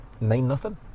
Nine-nothing